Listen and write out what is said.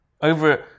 over